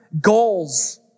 goals